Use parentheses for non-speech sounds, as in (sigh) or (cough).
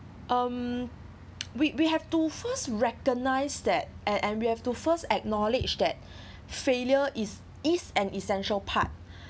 um (noise) we we have to first recognise that and and we have to first acknowledge that (breath) failure is is an essential part